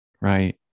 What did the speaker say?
Right